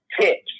tips